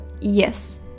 Yes